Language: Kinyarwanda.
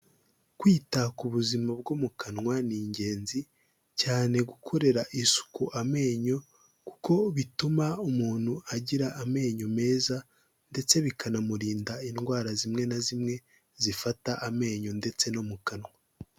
Kwita ku buzima bwo mu kanwa ni ingenzi, cyane gukorera isuku amenyo kuko bituma umuntu agira amenyo meza, ndetse bikanamurinda indwara zimwe na zimwe zifata amenyo ndetse no mu kanwa.